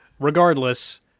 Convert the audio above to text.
Regardless